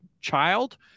child